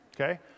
okay